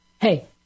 hey